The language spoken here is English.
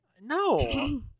no